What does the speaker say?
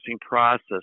process